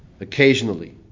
occasionally